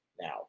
now